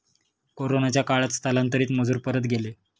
कोरोनाच्या काळात स्थलांतरित मजूर परत गेले